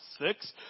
six